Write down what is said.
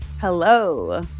Hello